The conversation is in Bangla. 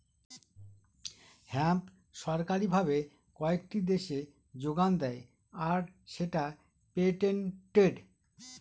হেম্প সরকারি ভাবে কয়েকটি দেশে যোগান দেয় আর সেটা পেটেন্টেড